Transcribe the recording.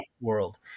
world